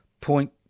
point